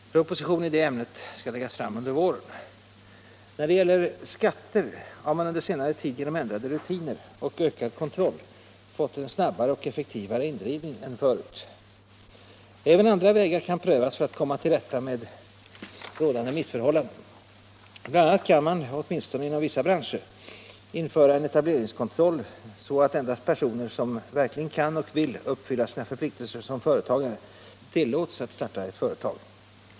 Proposition i ämnet skall läggas fram under våren. När det gäller skatter har man under senare tid genom ändrade rutiner och ökad kontroll fått en snabbare och effektivare indrivning än förut. Även andra vägar kan prövas för att komma till rätta med rådande missförhållanden. BI. a. kan man, åtminstone inom vissa branscher, införa en etableringskontroll, så att endast personer som verkligen kan och vill uppfylla sina förpliktelser som företagare tillåts att starta ett företag.